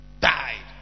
died